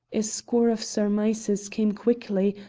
a score of surmises came quickly,